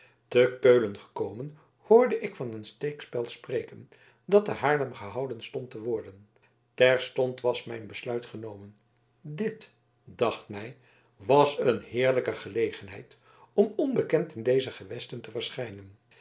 te keulen gekomen hoorde ik van een steekspel spreken dat te haarlem gehouden stond te worden terstond was mijn besluit genomen dit dacht mij was een heerlijke gelegenheid om onbekend in deze gewesten te verschijnen